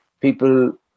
people